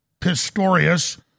Pistorius